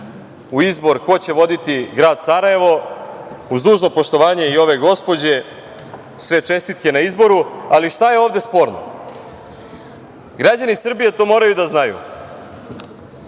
u izbor ko će voditi grad Sarajevo, uz dužno poštovanje i ove gospođe, sve čestitke na izboru, ali šta je ovde sporno? Građani Srbije to moraju da znaju.